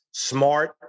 Smart